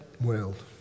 world